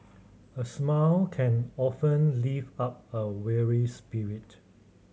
a smile can often lift up a weary spirit